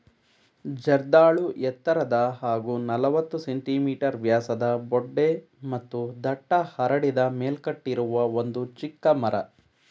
ಜರ್ದಾಳು ಎತ್ತರದ ಹಾಗೂ ನಲವತ್ತು ಸೆ.ಮೀ ವ್ಯಾಸದ ಬೊಡ್ಡೆ ಮತ್ತು ದಟ್ಟ ಹರಡಿದ ಮೇಲ್ಕಟ್ಟಿರುವ ಒಂದು ಚಿಕ್ಕ ಮರ